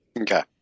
Okay